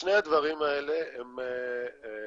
שני הדברים האלה ייצרו,